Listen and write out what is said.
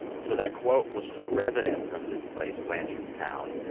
so that quote was from a resident from this place, blanchardstown,